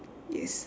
yes